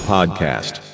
Podcast